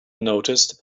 noticed